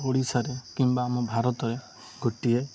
ଓଡ଼ିଶାରେ କିମ୍ବା ଆମ ଭାରତରେ ଗୋଟିଏ